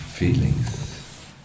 Feelings